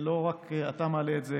לא רק אתה מעלה את זה,